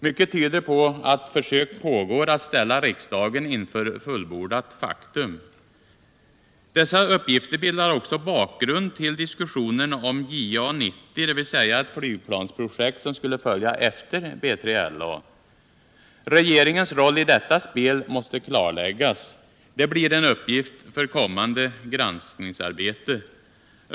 Mycket tyder på att försök pågår att ställa riksdagen inför fullbordat faktum. Dessa uppgifter bildar också bakgrund till diskussionen om JA 90—-dvs. ett flygplansprojekt som skulle följa efter B3LA. Regeringens roll i detta spel måste klarläggas. Det blir en uppgift för kommande granskningsarbete.